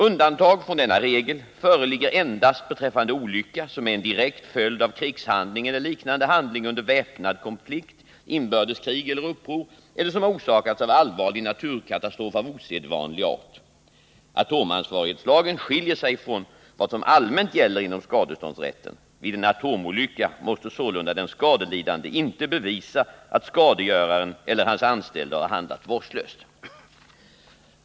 Undantag från denna regel föreligger endast beträffande olycka som är en direkt följd av krigshandling eller liknande handling under väpnad konflikt, inbördeskrig eller uppror eller som har orsakats av allvarlig naturkatastrof av osedvanlig art. Atomansvarighetslagen skiljer sig från vad som allmänt gäller inom skadeståndsrätten. Vid en atomolycka måste sålunda den skadelidande inte bevisa att skadegöraren eller hans anställda har handlat vårdslöst.